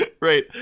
right